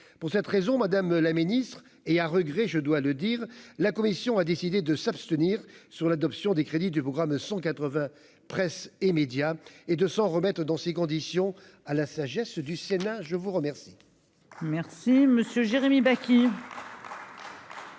pour cette raison, Madame la Ministre, et à regret, je dois le dire, la commission a décidé de s'abstenir sur l'adoption des crédits du programme 180 Presse et médias et de s'en remettre, dans ces conditions à la sagesse du Sénat, je vous remercie.